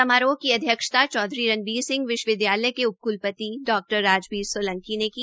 समारोह की अध्यक्षता चौधरी रणवीर सिंह विश्व विदयालय के उप कलपति डॉ राजबीर सोलंकी ने की